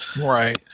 Right